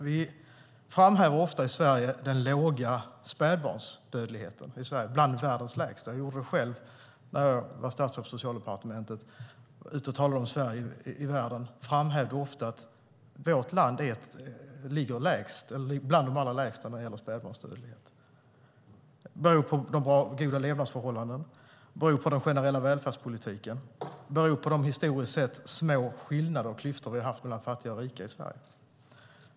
Vi framhäver ofta den låga spädbarnsdödligheten i Sverige. Den är bland de lägsta i världen. När jag var statsråd på Socialdepartementet var jag ute och talade om Sverige i världen och framhävde då ofta att vårt land ligger bland de allra lägsta när det gäller spädbarnsdödlighet. Det beror på goda levnadsförhållanden, den generella välfärdspolitiken och de historiskt sett små skillnader och klyftor vi har haft mellan fattiga och rika i Sverige.